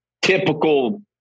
Typical